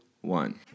one